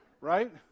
Right